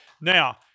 Now